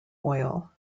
oil